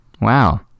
Wow